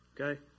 okay